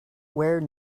where